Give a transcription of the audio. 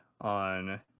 on